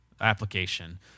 application